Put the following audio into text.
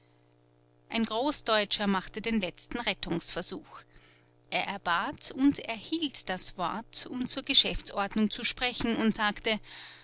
ein großdeutscher machte den letzten rettungsversuch er erbat und erhielt das wort um zur geschäftsordnung zu sprechen und sagte